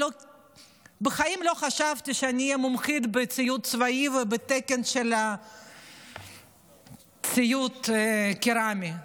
בחיים לא חשבתי שאני אהיה מומחית בציוד צבאי ובתקן של ציוד קרמי.